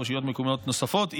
רשויות מקומיות נוספות,